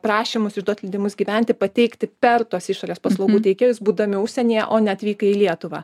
prašymus išduot leidimus gyventi pateikti per tuos išorės paslaugų teikėjus būdami užsienyje o ne atvykę į lietuvą